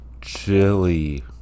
Chili